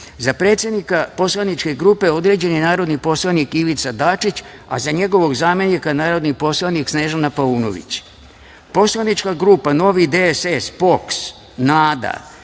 Za predsednika poslaničke grupe određen je narodni poslanik Ivica Dačić, a za njegovog zamenika, narodni poslanik Snežana Paunović;- Poslanička grupa NOVI DSS, POKS - NADA.Za